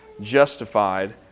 justified